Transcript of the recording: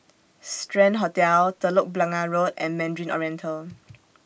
Strand Hotel Telok Blangah Road and Mandarin Oriental